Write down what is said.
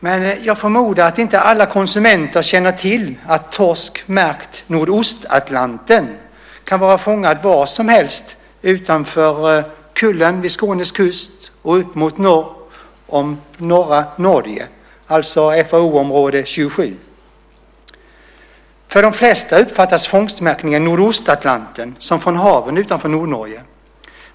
Men jag förmodar att alla konsumenter inte känner till att torsk märkt Nordostatlanten kan vara fångad var som helst utanför Kullen vid Skånes kust och upp mot norr utanför norra Norge, alltså FAO-område 27. För de flesta uppfattas fångstmärkningen Nordostatlanten som att fisken kommer från haven utanför Nordnorge.